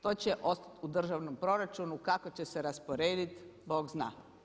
To će ostati u državnom proračunu, kako će se rasporediti bog zna.